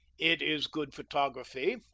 it is good photography,